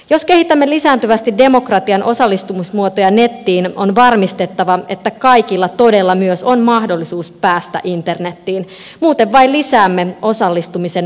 jos kehitämme lisääntyvästi demokratian osallistumismuotoja nettiin on varmistettava että kaikilla todella myös on mahdollisuus päästä internetiin muuten vain lisäämme osallistumisen eriarvoistumista